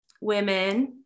women